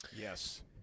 Yes